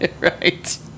Right